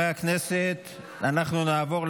19 בעד, שמונה מתנגדים, אין נמנעים.